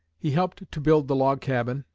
he helped to build the log cabin,